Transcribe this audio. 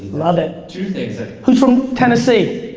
love it. two things i who's from tennessee?